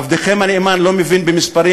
עבדכם הנאמן לא מבין במספרים,